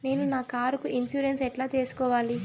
నేను నా కారుకు ఇన్సూరెన్సు ఎట్లా సేసుకోవాలి